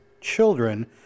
children